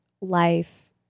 life